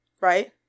right